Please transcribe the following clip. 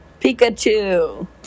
Pikachu